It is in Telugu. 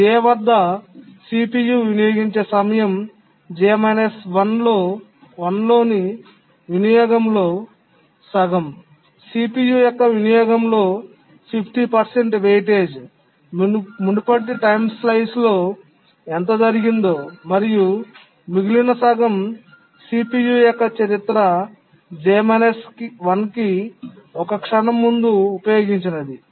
J వద్ద CPU వినియోగించే సమయం లోని వినియోగంలో సగం CPU యొక్క వినియోగం లో 50 వెయిటేజ్ మునుపటి టైమ్ స్లైస్లో ఎంత జరిగిందో మరియు మిగిలిన సగం CPU యొక్క చరిత్ర కి ఒక క్షణం ముందు ఉపయోగించినది